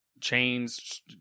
chains